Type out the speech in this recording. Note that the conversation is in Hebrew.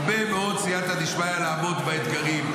הרבה מאוד סייעתא דשמיא לעמוד באתגרים.